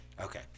Okay